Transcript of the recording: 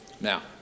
Now